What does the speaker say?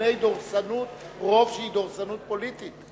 מפני דורסנות רוב שהיא דורסנות פוליטית.